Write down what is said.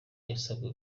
yasabwe